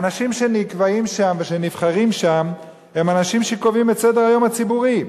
האנשים שנקבעים שם ושנבחרים שם הם אנשים שקובעים את סדר-היום הציבורי.